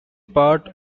part